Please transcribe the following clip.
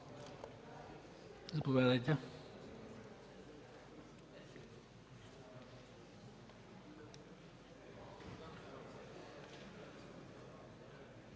Заповядайте